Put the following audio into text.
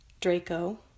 Draco